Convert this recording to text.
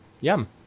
Yum